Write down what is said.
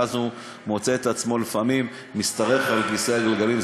והוא מוצא את עצמו לפעמים משתרך על כיסא הגלגלים.